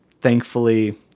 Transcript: thankfully